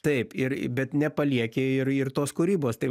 taip ir bet nepalieki ir ir tos kūrybos tai